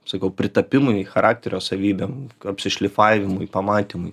sakau pritapimui charakterio savybėm apsišlifavimui pamatymui